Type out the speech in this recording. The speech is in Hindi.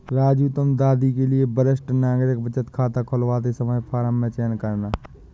राजू तुम दादी के लिए वरिष्ठ नागरिक बचत खाता खुलवाते समय फॉर्म में चयन करना